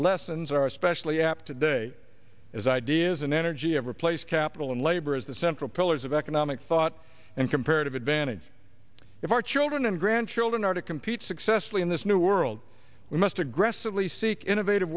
lessons are especially apt today as ideas and energy have replaced capital and labor as the central pillars of economic thought and comparative advantage if our children and grandchildren are to compete successfully in this new world we must aggressively seek innovative